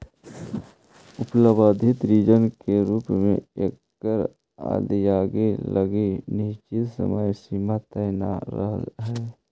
अल्पावधि ऋण के रूप में एकर अदायगी लगी निश्चित समय सीमा तय न रहऽ हइ